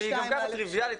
שהיא גם ככה טריוויאלית,